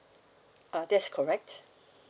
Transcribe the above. uh that's correct